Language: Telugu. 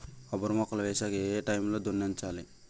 కొబ్బరి మొక్కలు వేసాక ఏ ఏ టైమ్ లో దున్నించాలి?